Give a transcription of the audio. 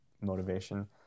motivation